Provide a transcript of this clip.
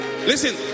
Listen